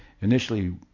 initially